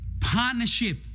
partnership